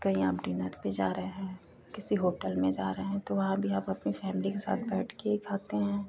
कहीं आप डिनर पर जा रहे हैं किसी होटल में जा रहे हैं तो वहाँ भी आप अपनी फ़ैमिली के साथ बैठकर ही खाते हैं